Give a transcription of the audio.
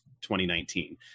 2019